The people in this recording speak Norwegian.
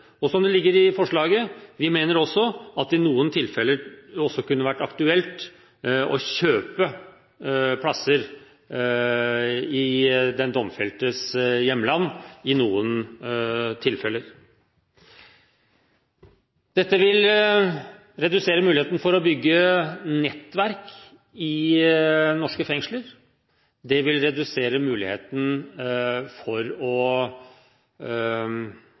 side. Som det ligger i forslaget: Vi mener det i noen tilfeller også kunne vært aktuelt å kjøpe plasser i den domfeltes hjemland. Dette vil redusere muligheten til å bygge nettverk i norske fengsler. Det vil redusere muligheten til å